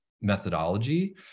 methodology